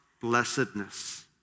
blessedness